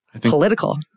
political